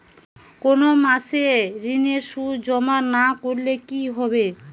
কোনো মাসে ঋণের সুদ জমা না করলে কি হবে?